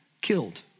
killed